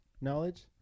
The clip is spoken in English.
knowledge